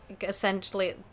essentially